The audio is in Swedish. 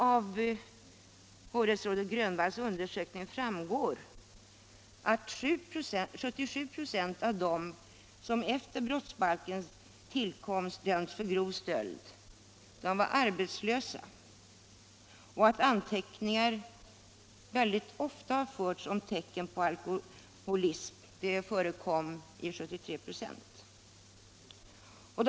Av hovrättsrådet Grönvalls undersökning framgår att 77 96 av dem som efter brottsbalkens tillkomst dömts för grov stöld var arbetslösa och att anteckningar mycket ofta förts om tecken på alkoholism — i 73 96 av fallen.